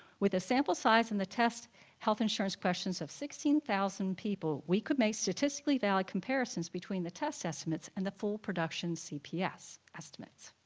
with a sample size in the test health insurance questions of sixteen thousand people, we could make statistically valid comparisons between the test estimates and the full production cps estimates.